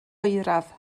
oeraf